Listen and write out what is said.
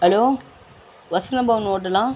hello Vasanthabhavan ஹோட்டலா